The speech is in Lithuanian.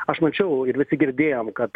aš mačiau ir visi girdėjom kad